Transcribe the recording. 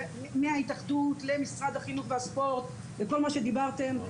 מההתאחדות למשרד החינוך והספורט וכל מה שדיברתם,